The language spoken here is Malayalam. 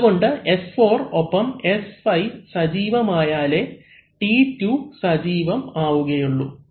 അതുകൊണ്ട് S4 ഒപ്പം S5 സജീവം ആയാലേ T2 സജീവം ആവുകയുള്ളൂ